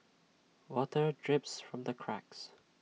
water drips from the cracks